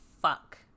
fuck